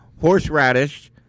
horseradish